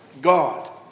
God